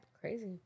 crazy